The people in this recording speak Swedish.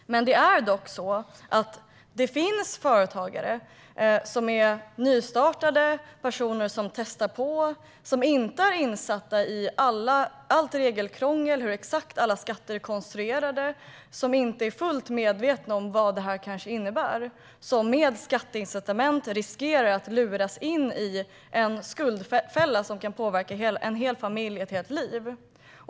Det är dock så att det finns företag som är nystartade av personer som testar detta och som inte är insatta i allt regelkrångel och i exakt hur alla skatter är konstruerade. De är kanske inte fullt medvetna om vad detta innebär. Med ett skatteincitament riskerar de att luras in i en skuldfälla som kan påverka en hel familj och ett helt liv.